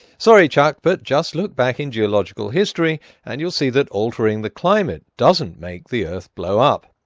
sorry, chuck, but just look back in geological history and you'll see that altering the climate doesn't make the earth blow up.